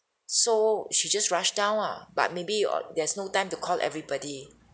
so she just rushed down lah but maybe or there's no time to call everybody